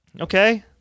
okay